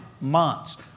months